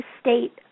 state